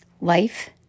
Life